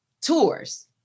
tours